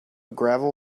gravel